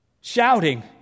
Shouting